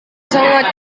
sangat